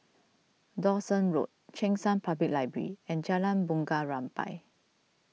Dawson Road Cheng San Public Library and Jalan Bunga Rampai